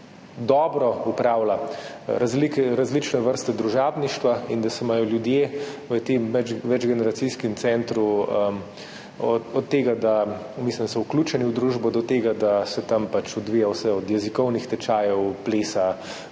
dobro upravlja različne vrste družabništva in da se imajo ljudje v tem večgeneracijskem centru – od tega, da so vključeni v družbo, do tega, da se tam odvija vse od jezikovnih tečajev, plesa,